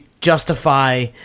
justify